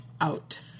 out